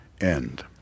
end